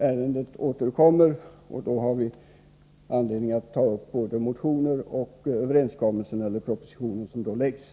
Ärendet återkommer, och vi får då anledning att ta upp både propositionen och motioner i frågan.